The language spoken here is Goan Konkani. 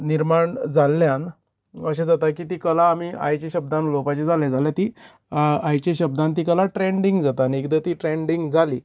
निर्माण जाल्ल्यान अशें जाता की ती कला आमी आयच्या शब्दान उलोवपाचे जाले ती आयच्या शब्दान ती कला ट्रेंडींग जाता आनी एकदां ती ट्रेंडींग जाली